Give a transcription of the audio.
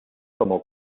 como